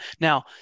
now